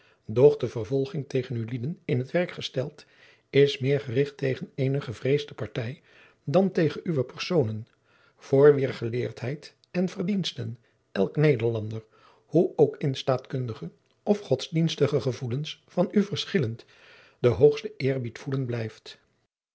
de vervolging tegen ulieden in t werk gesteld is meer gericht tegen eene gevreesde partij dan tegen uwe persoonen voor wier geleerdheid en verdiensten elk nederlander hoe ook in staatkundige of godsdienstige gevoelens van u verschillend den hoogsten eerbied voeden blijft